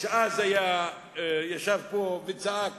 שאז ישב פה וצעק